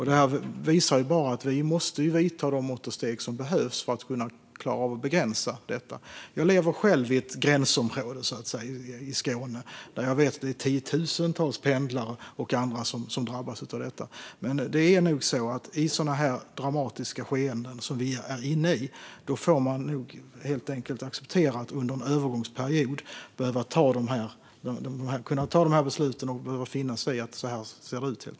Det visar bara att vi måste vidta de mått och steg som behövs för att kunna klara av att begränsa detta. Jag lever själv i ett gränsområde i Skåne. Jag vet att det är tiotusentals pendlare och andra som drabbas av detta. Men det är nog så att i sådana här dramatiska skeenden som vi är inne i får man helt enkelt acceptera att man under en övergångsperiod behöver kunna ta de här besluten och finna sig i att det ser ut så.